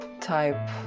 type